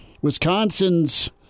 Wisconsin's